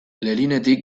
lerinetik